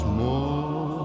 more